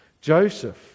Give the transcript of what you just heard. joseph